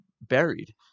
buried